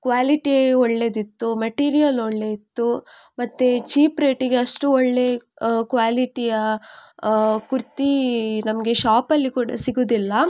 quality ಒಳ್ಳೆದಿತ್ತು material ಒಳ್ಳೆ ಇತ್ತು ಮತ್ತೆ ಚೀಪ್ ರೇಟಿಗೆ ಅಷ್ಟು ಒಳ್ಳೆ ಕ್ವಾಲಿಟಿಯ ಕುರ್ತಿ ನಮಗೆ ಶಾಪಲ್ಲಿ ಕೂಡ ಸಿಗೋದಿಲ್ಲ